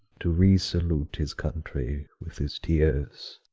to re-salute his country with his tears,